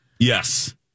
Yes